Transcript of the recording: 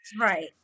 Right